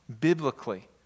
biblically